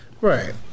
Right